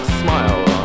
smile